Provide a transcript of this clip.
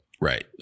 Right